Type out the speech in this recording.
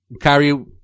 Kyrie